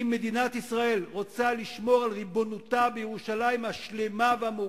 אם מדינת ישראל רוצה לשמור על ריבונותה בירושלים השלמה והמאוחדת,